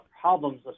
problems